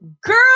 Girl